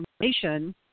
information